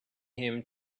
him